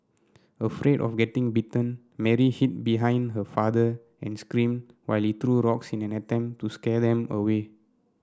afraid of getting bitten Mary hid behind her father and screamed while he threw rocks in an attempt to scare them away